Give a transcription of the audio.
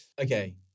Okay